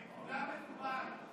הם כולם בדובאי.